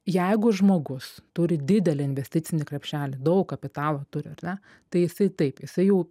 jeigu žmogus turi didelį investicinį krepšelį daug kapitalo turi ar ne tai jisai taip jisai jau